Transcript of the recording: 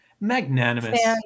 Magnanimous